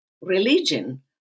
religion